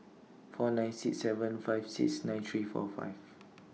four nine six seven five six nine three four five